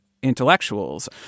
intellectuals